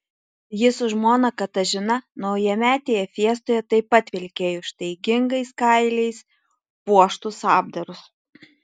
jis su žmona katažina naujametėje fiestoje taip pat vilkėjo ištaigingais kailiais puoštus apdarus